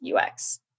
UX